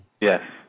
Yes